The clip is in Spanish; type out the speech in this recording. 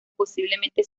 posiblemente